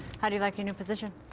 how do you like your new position?